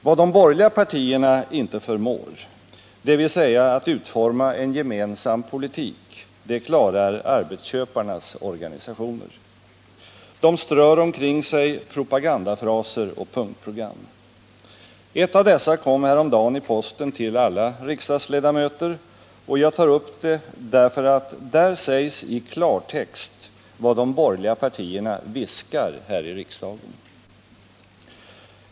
Vad de borgerliga partierna icke förmår, att utforma en gemensam politik, det klarar arbetsköparnas organisationer. De strör omkring sig propagandafraser och punktprogram. Ett av dessa kom häromdagen med posten till alla riksdagsledamöter, och jag tar upp det därför att där sägs i klartext vad de borgerliga partierna viskar här i riksdagen.